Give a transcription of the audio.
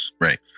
Right